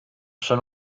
son